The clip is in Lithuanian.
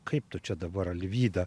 kaip tu čia dabar alvyda